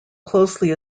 closely